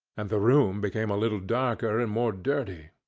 and the room became a little darker and more dirty.